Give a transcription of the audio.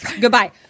goodbye